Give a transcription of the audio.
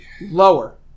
lower